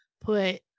put